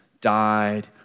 died